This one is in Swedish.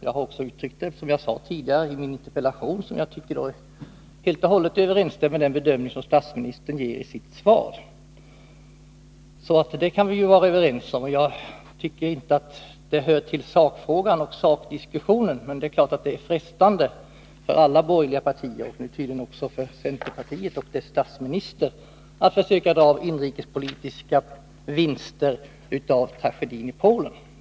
Som jag sade tidigare, har jag också uttryckt detta i min interpellation, som jag tycker helt och hållet överensstämmer med den bedömning som statsministern gör i sitt svar. Det kan vi alltså vara överens om. Jag tycker inte att det hör till sakfrågan och sakdiskussionen, men det är klart att det är frestande för alla borgerliga partier — tydligen också för centerpartiet och dess statsminister — att försöka använda tragedin i Polen för att göra inrikespolitiska vinster.